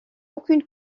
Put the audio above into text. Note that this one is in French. aucune